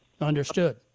Understood